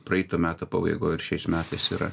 praeitų metų pabaigoj ir šiais metais yra